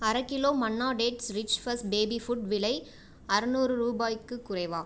அரை kilo Manna dates rich first baby food விலை அறநூறு ரூபாய்க்குக் குறைவா